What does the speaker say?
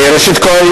ראשית כול,